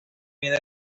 bien